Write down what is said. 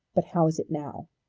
but how is it now?